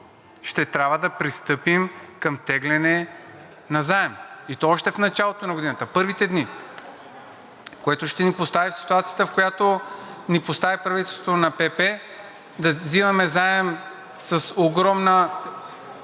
ще трябва да пристъпим към теглене на заем, и то още в началото на годината, първите дни, което ще ни постави в ситуацията, която ни постави правителството на ПП, да взимаме заем с огромна